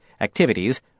Activities